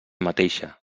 mateixa